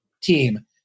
team